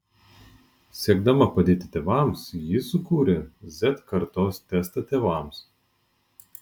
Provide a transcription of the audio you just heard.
siekdama padėti tėvams ji sukūrė z kartos testą tėvams